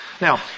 Now